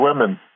women